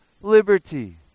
liberty